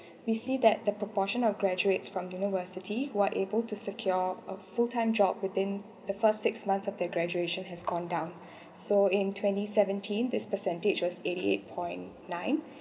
we see that the proportion of graduates from university who are able to secure a full time job within the first six months of their graduation has gone down so in twenty seventeen this percentage was eighty-eight-point-nine